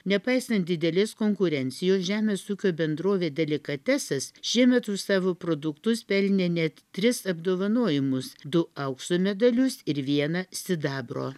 nepaisant didelės konkurencijos žemės ūkio bendrovė delikatesas šiemet už savo produktus pelnė net tris apdovanojimus du aukso medalius ir vieną sidabro